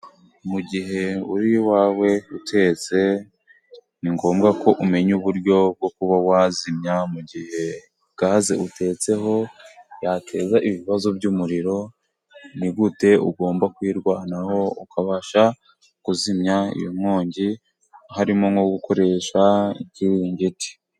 Mu gihe uri iwawe utetse, ni ngombwa ko umenya uburyo bwo kuba wazimya mu gihe gaze utetseho yateza ibibazo by'umuriro ni gute ugomba kwirwanaho ukabasha kuzimya iyo nkongi harimo nko gukoresha ikiringiti.